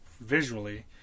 visually